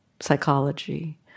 Psychology